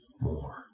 more